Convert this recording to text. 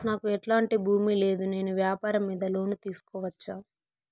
నాకు ఎట్లాంటి భూమి లేదు నేను వ్యాపారం మీద లోను తీసుకోవచ్చా?